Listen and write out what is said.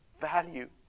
value